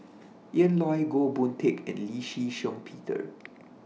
Ian Loy Goh Boon Teck and Lee Shih Shiong Peter